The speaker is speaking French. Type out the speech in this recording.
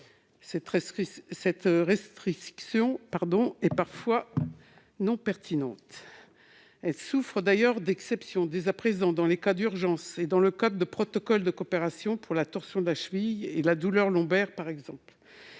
Cette restriction est parfois non pertinente. Elle souffre ailleurs d'exceptions dès à présent dans les cas d'urgence et dans le cadre de protocoles de coopération, pour la torsion de la cheville et la douleur lombaire par exemple.